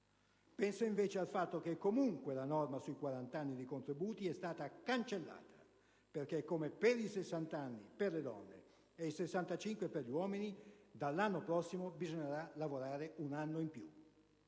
penso invece al fatto che comunque la norma sui 40 anni di contributi è stata cancellata, perché, come per i 60 anni per le donne e i 65 anni per gli uomini, dall'anno prossimo bisognerà lavorare un anno in più.